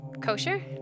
Kosher